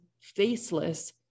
faceless